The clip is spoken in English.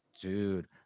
dude